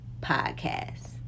podcast